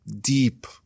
deep